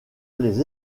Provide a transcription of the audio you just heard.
les